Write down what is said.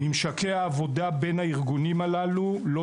ממשקי העבודה בין הארגונים הללו לא